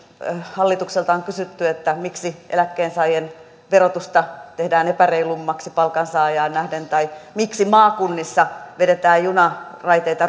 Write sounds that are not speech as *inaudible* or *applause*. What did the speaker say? hallitukselta on kysytty miksi eläkkeensaajien verotusta tehdään epäreilummaksi palkansaajaan nähden tai miksi maakunnissa vedetään junanraiteita *unintelligible*